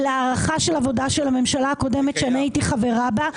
אלה על הערכה של עבודה של הממשלה הקודמת שאני הייתי חברה בה,